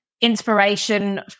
inspiration